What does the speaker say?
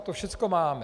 To všecko máme.